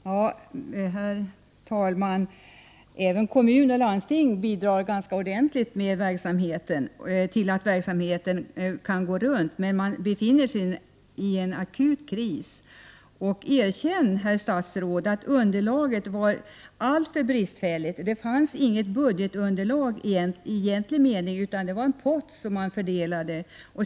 Herr talman! Även kommuner och landsting bidrar ganska ordentligt till att verksamheten kan gå ihop. Men man befinner sig i en akut kris. Och erkänn, herr statsråd, att underlaget var alltför bristfälligt! Det fanns inget budgetunderlag i egentlig mening, utan det var en pott som man fördelade.